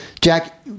Jack